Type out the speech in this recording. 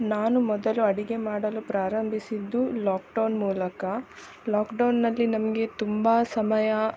ನಾನು ಮೊದಲು ಅಡುಗೆ ಮಾಡಲು ಪ್ರಾರಂಭಿಸಿದ್ದು ಲಾಕ್ಡೌನ್ ಮೂಲಕ ಲಾಕ್ಡೌನ್ನಲ್ಲಿ ನಮಗೆ ತುಂಬ ಸಮಯ